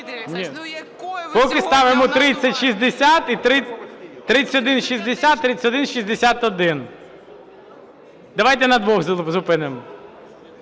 Поки ставимо 3160 і 3161. Давайте на двох зупинимося.